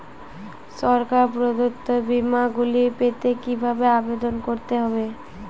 সরকার প্রদত্ত বিমা গুলি পেতে কিভাবে আবেদন করতে হবে?